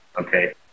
okay